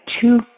two